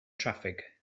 traffig